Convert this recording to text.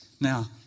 Now